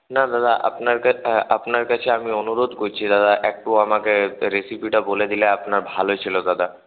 না দাদা আপনার আপনার কাছে আমি অনুরোধ করছি দাদা একটু আমাকে রেসিপিটা বলে দিলে আপনার ভালো ছিল দাদা